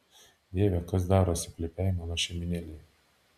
dieve kas darosi plepiai mano šeimynėlei